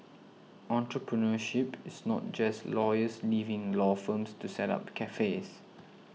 entrepreneurship is not just lawyers leaving law firms to set up cafes